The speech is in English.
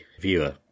viewer